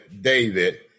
David